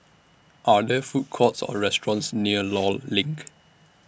Are There Food Courts Or restaurants near law LINK